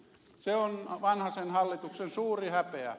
se on vanhasen hallituksen suuri häpeä